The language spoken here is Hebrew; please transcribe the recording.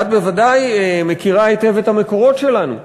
את בוודאי מכירה היטב את המקורות שלנו.